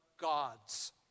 Gods